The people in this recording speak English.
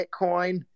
Bitcoin